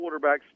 quarterbacks